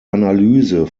analyse